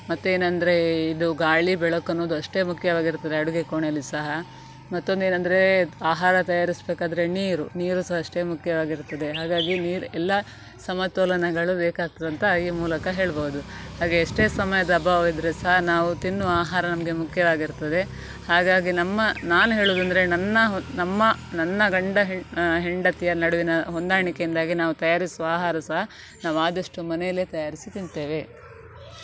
ಮತ್ತು ಏನಂದ್ರೆ ಇದು ಗಾಳಿ ಬೆಳಕನ್ನುವುದ್ ಅಷ್ಟೇ ಮುಖ್ಯವಾಗಿರ್ತದೆ ಅಡುಗೆ ಕೋಣೆಯಲ್ಲಿ ಸಹ ಮತ್ತೊಂದು ಏನಂದ್ರೆ ಆಹಾರ ತಯಾರಿಸಬೇಕಾದ್ರೆ ನೀರು ನೀರು ಸಹ ಅಷ್ಟೇ ಮುಖ್ಯವಾಗಿರ್ತದೆ ಹಾಗಾಗಿ ನೀರು ಎಲ್ಲ ಸಮತೋಲನಗಳು ಬೇಕಾಗ್ತದಂತ ಈ ಮೂಲಕ ಹೇಳ್ಬೌದು ಹಾಗೇ ಎಷ್ಟೇ ಸಮಯದ ಅಭಾವ ಇದ್ರೂ ಸಹ ನಾವು ತಿನ್ನುವ ಆಹಾರ ನಮಗೆ ಮುಖ್ಯವಾಗಿರ್ತದೆ ಹಾಗಾಗಿ ನಮ್ಮ ನಾನು ಹೇಳುವುದಂದ್ರೆ ನನ್ನ ನಮ್ಮ ನನ್ನ ಗಂಡ ಹೆಂ ಹೆಂಡತಿಯ ನಡುವಿನ ಹೊಂದಾಣಿಕೆಯಿಂದಾಗಿ ನಾವು ತಯಾರಿಸುವ ಆಹಾರ ಸಹ ನಾವು ಆದಷ್ಟು ಮನೆಯಲ್ಲೇ ತಯಾರಿಸಿ ತಿಂತೇವೆ